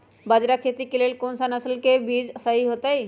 बाजरा खेती के लेल कोन सा नसल के बीज सही होतइ?